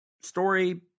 story